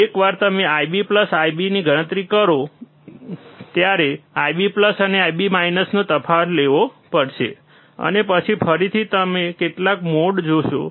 એકવાર તમે IB IB ની ગણતરી કરો તમારે IB અને IB નો તફાવત લેવો પડશે અને પછી ફરીથી તમે કેટલાક મોડ જોશો